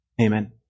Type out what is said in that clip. Amen